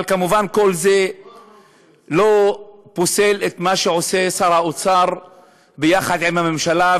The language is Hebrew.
אבל כמובן כל זה לא פוסל את מה שעושה שר האוצר ביחד עם הממשלה.